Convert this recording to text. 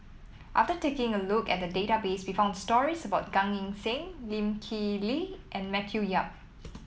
after taking a look at the database we found stories about Gan Eng Seng Lee Kip Lee and Matthew Yap